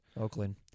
Oakland